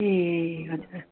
ए हजुर अँ